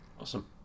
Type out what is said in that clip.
Awesome